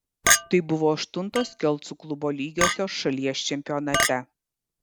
tai buvo aštuntos kelcų klubo lygiosios šalies čempionate